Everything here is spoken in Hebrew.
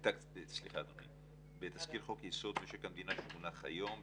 בתזכיר חוק יסוד משק המדינה שמונח היום,